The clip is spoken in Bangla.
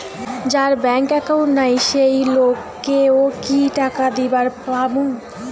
যার ব্যাংক একাউন্ট নাই সেই লোক কে ও কি টাকা দিবার পামু?